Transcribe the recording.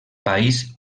país